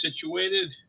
situated